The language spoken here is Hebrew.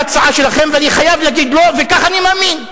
להצעה שלכם, ואני חייב להגיד "לא", וכך אני מאמין.